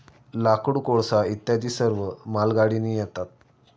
लाकूड, कोळसा इत्यादी सर्व मालगाडीने येतात